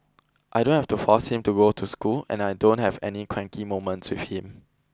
I don't have to force him to go to school and I don't have any cranky moments with him